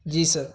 جی سر